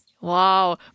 Wow